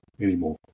anymore